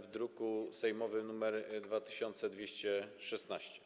w druku sejmowym nr 2216.